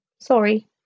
Sorry